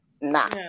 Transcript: nah